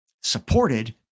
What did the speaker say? supported